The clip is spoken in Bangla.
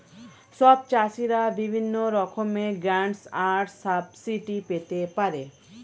সব চাষীরা বিভিন্ন রকমের গ্র্যান্টস আর সাবসিডি পেতে পারে